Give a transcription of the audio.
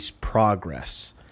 progress